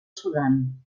sudan